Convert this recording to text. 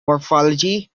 morphology